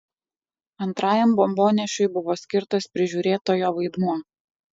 antrajam bombonešiui buvo skirtas prižiūrėtojo vaidmuo